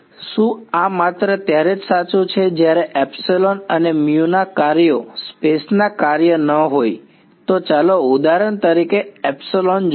શું આ માત્ર ત્યારે જ સાચું છે જ્યારે એપ્સીલોન અને મ્યુના કાર્યો સ્પેસના કાર્ય ન હોય તો ચાલો ઉદાહરણ તરીકે એપ્સીલોન જોઈએ